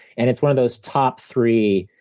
and it's one of those top three,